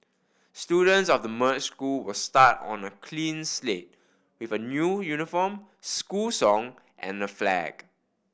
students of the merged school will start on a clean slate with a new uniform school song and flag